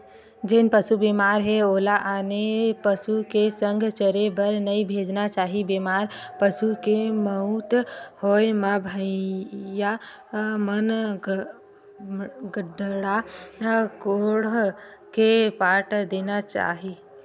जेन पसु बेमार हे ओला आने पसु के संघ चरे बर नइ भेजना चाही, बेमार पसु के मउत होय म भुइँया म गड्ढ़ा कोड़ के पाट देना चाही